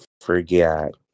forget